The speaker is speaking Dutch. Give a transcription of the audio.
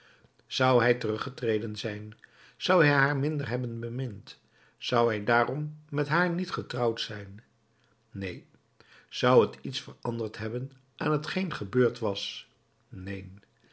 zou hij teruggetreden zijn zou hij haar minder hebben bemind zou hij daarom met haar niet getrouwd zijn neen zou het iets veranderd hebben aan t geen gebeurd was neen